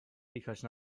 because